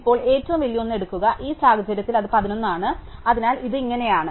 ഇപ്പോൾ ഏറ്റവും വലിയ ഒന്ന് എടുക്കുക ഈ സാഹചര്യത്തിൽ അത് 11 ആണ് അതിനാൽ ഇത് ഇങ്ങനെയാണ്